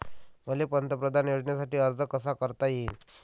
मले पंतप्रधान योजनेसाठी अर्ज कसा कसा करता येईन?